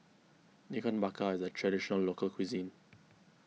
Ikan Bakar is a Traditional Local Cuisine